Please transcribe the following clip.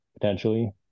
potentially